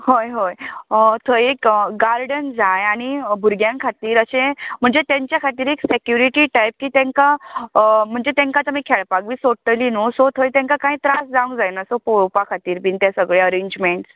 होय होय थंय एक गार्डन जाय आनी भुरग्यांक खातीर अशें म्हणजे तेंचें खातीर एक सेक्यूरीटी टायप की तेंका म्हणजें तेंका तुमी खेळपाक बीन सोडटली न्हू सो थंय तेंका कांय त्रास जावंक जायना सो पळोवपाक खातीर बीन तें सगळें अरेंजमेन्ट